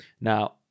now